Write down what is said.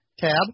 tab